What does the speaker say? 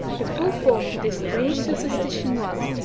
the full form of this strange superstition was,